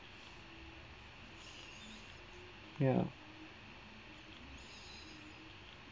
ya